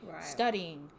studying